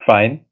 Fine